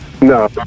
No